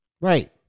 right